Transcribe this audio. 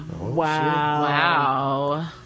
Wow